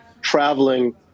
traveling